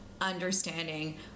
understanding